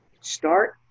Start